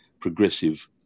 progressive